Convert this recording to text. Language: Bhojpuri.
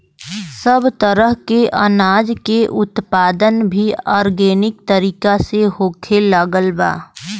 सब तरह के अनाज के उत्पादन भी आर्गेनिक तरीका से होखे लागल बा